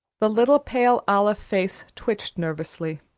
the little pale olive face twitched nervously,